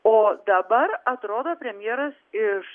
o dabar atrodo premjeras iš